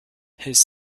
his